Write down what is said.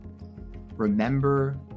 Remember